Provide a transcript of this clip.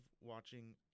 watching